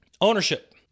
Ownership